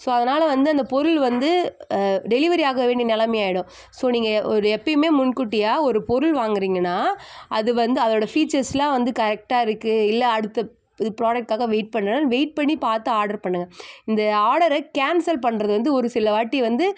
so அதனால வந்து அந்த பொருள் வந்து டெலிவரி ஆக வேண்டிய நிலமை ஆகிடும் ஸோ நீங்கள் ஒரு எப்பவுமே முன்கூட்டியாக ஒரு பொருள் வாங்குறிங்கனால் அது வந்து அதோடய ஃபீச்சர்ஸ்லாம் வந்து கரெக்டாக இருக்குது இல்லை அடுத்த இது ப்ராடெக்ட்டுக்காக வெயிட் பண்ணுன்னாலும் வெயிட் பண்ணி பார்த்து ஆடர் பண்ணுங்கள் இந்த ஆடரை கேன்சல் பண்ணுறது வந்து ஒரு சில வாட்டி வந்து